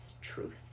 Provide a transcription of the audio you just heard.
truth